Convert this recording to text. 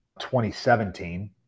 2017